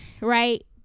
right